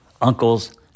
uncles